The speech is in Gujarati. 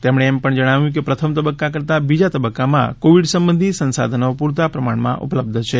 તેમણે એમ પણ જણાવ્યું કે પ્રથમ તબક્કા કરતાં બીજા તબક્કામાં કોવિડ સંબંધી સંશાધનો પૂરતા પ્રમાણમાં ઉપલબ્ધ છે